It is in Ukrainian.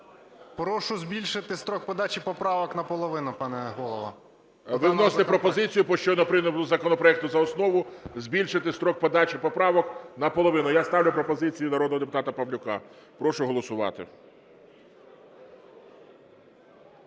Прошу збільшити строк подачі поправок наполовину, пане Голово. ГОЛОВУЮЧИЙ. Ви вносите пропозицію по щойно прийнятому законопроекту за основу збільшити строк подачі поправок наполовину. Я ставлю пропозицію народного депутата Павлюка. Прошу голосувати.